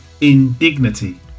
indignity